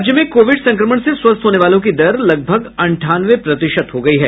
राज्य में कोविड संक्रमण से स्वस्थ होने वालों की दर लगभग अंठानवे प्रतिशत हो गयी है